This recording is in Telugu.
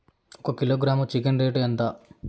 ఒక కిలోగ్రాము చికెన్ రేటు ఎంత?